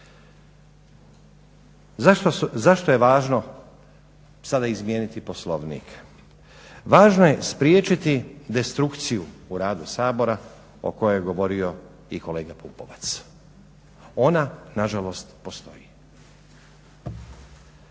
Zašto je važno sada izmijeniti Poslovnik? Važno je spriječiti destrukciju u radu Sabora o kojoj je govorio i kolega Pupovac. Ona nažalost postoji.